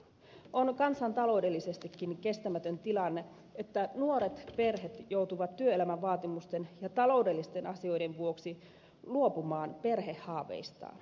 on kansantaloudellisestikin kestämätön tilanne että nuoret perheet joutuvat työelämän vaatimusten ja taloudellisten asioiden vuoksi luopumaan perhehaaveistaan